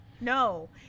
no